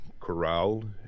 corralled